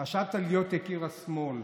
חשבת להיות יקיר השמאל.